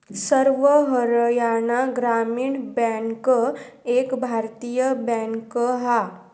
सर्व हरयाणा ग्रामीण बॅन्क एक भारतीय बॅन्क हा